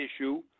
issue